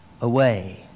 away